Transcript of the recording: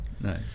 nice